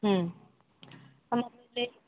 ಆಮೇಲೆ